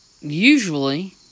usually